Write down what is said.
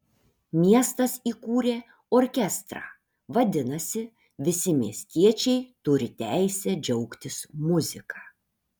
miestas įkūrė orkestrą vadinasi visi miestiečiai turi teisę džiaugtis muzika